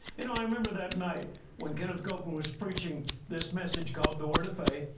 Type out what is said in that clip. you know, i remember that night when kenneth copeland was preaching this message called the word of faith,